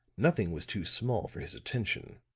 nothing was too small for his attention.